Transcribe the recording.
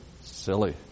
silly